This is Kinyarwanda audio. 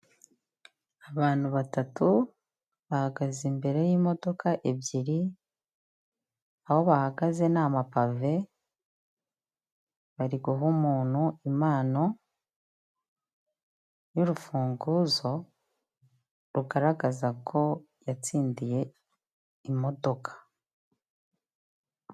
Abantu batatu bahagaze imbere y'imodoka ebyiri aho bahagaze ni amapave bari guha umuntu impano y'urufunguzo rugaragaza ko yatsindiye imodoka.